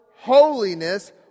holiness